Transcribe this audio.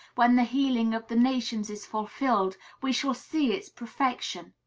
when the healing of the nations is fulfilled, we shall see its perfection.